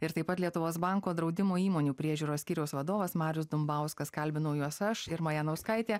ir taip pat lietuvos banko draudimo įmonių priežiūros skyriaus vadovas marius dumbauskas kalbinau juos aš irma janauskaitė